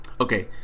Okay